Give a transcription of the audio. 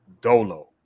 Dolo